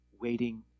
waiting